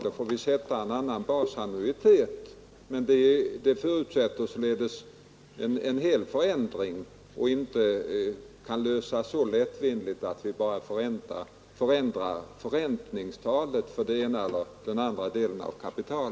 Vi får sätta en annan basannuitet, men det förutsätter en genomgripande förändring. Problemet kan inte lösas så lättvindigt att vi bara förändrar förräntningstalet för kreditiv eller annat kapital.